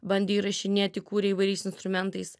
bandė įrašinėti kūrė įvairiais instrumentais